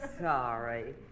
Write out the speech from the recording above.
sorry